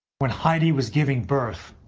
when heidi was giving birth,